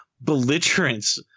belligerence